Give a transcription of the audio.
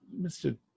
Mr